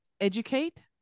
educate